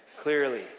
clearly